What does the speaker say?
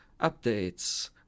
updates